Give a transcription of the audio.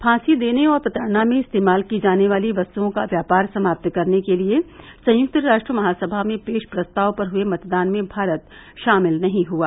फांसी देने और प्रताड़ना में इस्तेमाल की जाने वाली वस्तुओं का व्यापार समाप्त करने के लिए संयुक्त राष्ट्र महासभा में पेश प्रस्ताव पर हुए मतदान में भारत शामिल नहीं हुआ